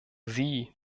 sie